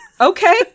Okay